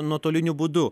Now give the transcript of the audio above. nuotoliniu būdu